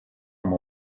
amb